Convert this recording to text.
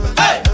hey